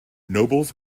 nobles